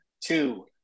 two